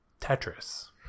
tetris